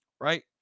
Right